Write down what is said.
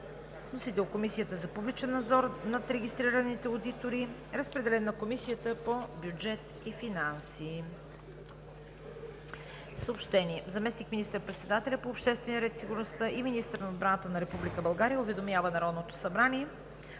Вносител е Комисията за публичен надзор над регистрираните одитори. Разпределен е на Комисията по бюджет и финанси. Съобщения: Заместник министър-председателят по обществения ред и сигурността и министър на отбраната на Република България уведомява Народното събрание,